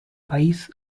país